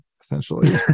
essentially